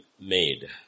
made